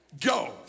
go